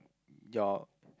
your